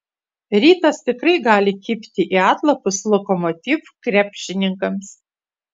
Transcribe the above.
rytas tikrai gali kibti į atlapus lokomotiv krepšininkams